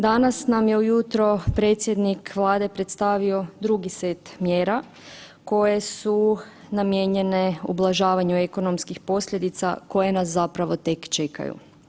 Danas nam je ujutro predsjednik Vlade predstavio drugi set mjera koje su namijenjene ublažavanju ekonomskih posljedica koje nas zapravo tek čekaju.